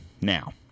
Now